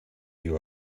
you